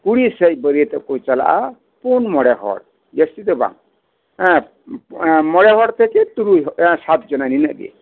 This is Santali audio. ᱠᱩᱲᱤ ᱥᱮᱫ ᱵᱟᱹᱨᱭᱟᱹᱛᱚᱜ ᱠᱚ ᱪᱟᱞᱟᱜᱼᱟ ᱯᱩᱱ ᱢᱚᱬᱮ ᱦᱚᱲ ᱡᱟᱹᱥᱛᱤ ᱫᱚ ᱵᱟᱝ ᱢᱚᱬᱮ ᱦᱚᱲ ᱛᱷᱮᱠᱮ ᱛᱩᱨᱩᱭ ᱥᱟᱛ ᱡᱚᱱᱟ ᱤᱱᱟᱹᱜᱮ